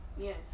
Yes